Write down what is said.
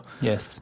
Yes